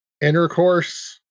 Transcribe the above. intercourse